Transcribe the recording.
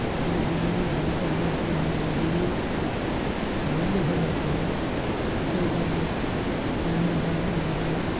ਜੇ ਬਿਜਲੀ ਬੰਦ ਹੋਵੇ ਤਾਂ ਮਜ਼ਦੂਰ ਵਿਹਲੇ ਹੋ ਜਾਂਦੇ ਹਨ ਅਤੇ ਉਹਨਾਂ ਨੂੰ ਪੇਮੈਂਟਾਂ ਨਹੀਂ ਮਿਲਦੀਆਂ